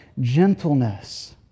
gentleness